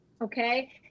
okay